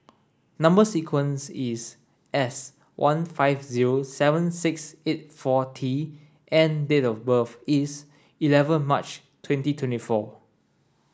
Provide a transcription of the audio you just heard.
number sequence is S one five zero seven six eight four T and date of birth is eleven March twenty twenty four